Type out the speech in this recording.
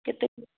କେତେ